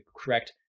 correct